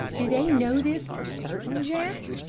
do they know this for certain, jack?